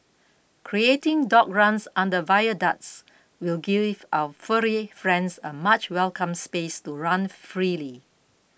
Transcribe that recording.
creating dog runs under viaducts will give our furry friends a much welcome space to run freely